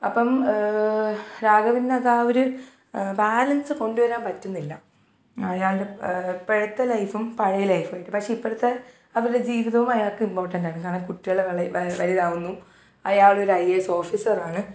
അപ്പം രാഘവന് അതാ ഒരു ബാലൻസ്സ് കൊണ്ടുവരാൻ പറ്റുന്നില്ല അയാളുടെ ഇപ്പോഴത്തെ ലൈഫും പഴയ ലൈഫുവായിട്ട് പക്ഷേ ഇപ്പോഴത്തെ അവരുടെ ജീവിതോം അയാൾക്കിമ്പോട്ടൻറ്റാണ് കാരണം കുട്ടികൾ വലുതാവുന്നു അയാൾ ഒരു ഐ എ എസഫീസറാണ്